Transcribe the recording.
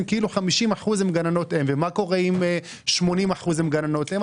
כאילו 50 אחוזים הן גננות אם אבל מה קורה אם 80 אחוזים הן גננות אם?